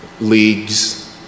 leagues